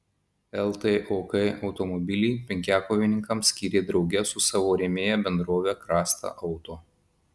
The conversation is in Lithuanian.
ltok automobilį penkiakovininkams skyrė drauge su savo rėmėja bendrove krasta auto